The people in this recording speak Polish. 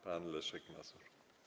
Pan Leszek Mazur.